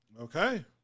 Okay